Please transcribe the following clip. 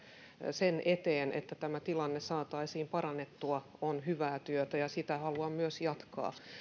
sen eteen että tämä tilanne saataisiin parannettua on hyvää työtä ja sitä haluan myös jatkaa